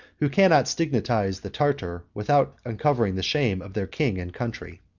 who cannot stigmatize the tartar without uncovering the shame of their king and country.